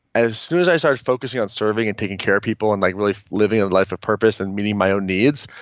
as soon as i started focusing on serving and taking care of people and like really living a life of purpose and meeting my own needs,